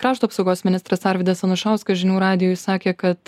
krašto apsaugos ministras arvydas anušauskas žinių radijui sakė kad